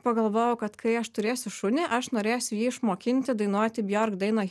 pagalvojau kad kai aš turėsiu šunį aš norėsiu jį išmokinti dainuoti bjork dainą